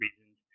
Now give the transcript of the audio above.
reasons